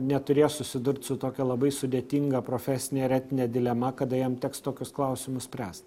neturės susidurt su tokia labai sudėtinga profesine ir etine dilema kada jam teks tokius klausimus spręst